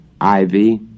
ivy